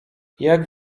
jak